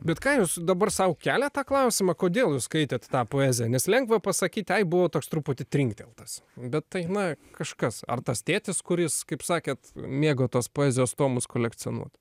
bet ką jūs dabar sau keliat tą klausimą kodėl jūs skaitėt tą poeziją nes lengva pasakyti ai buvau toks truputį trinkteltas bet tai na kažkas ar tas tėtis kuris kaip sakėt mėgo tos poezijos tomus kolekcionuot